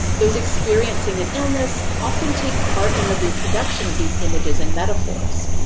those experiencing an illness often take part in the reproduction of these images and metaphors,